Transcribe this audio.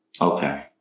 Okay